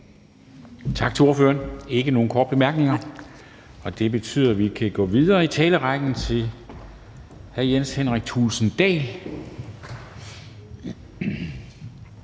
Tak til ordføreren. Der er ikke nogen korte bemærkninger, og det betyder, at vi kan gå videre i talerrækken til hr. Jens Henrik Thulesen